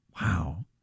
Wow